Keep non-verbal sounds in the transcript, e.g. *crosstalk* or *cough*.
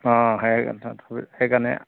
অঁ *unintelligible* সেইকাৰণে